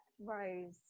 Rose